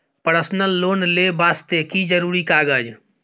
Personal loan ले वास्ते की जरुरी कागज?